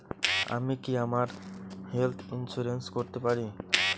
আমি কি আমার হেলথ ইন্সুরেন্স করতে পারি?